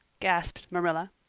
gasped marilla.